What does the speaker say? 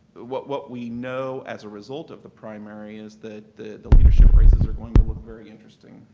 what what we know as a result of the primary is that the the leadership races are going to look very interesting,